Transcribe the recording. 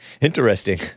Interesting